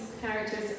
characters